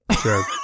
Sure